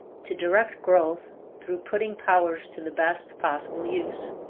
to direct growth through putting powers to the best possible use.